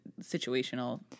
situational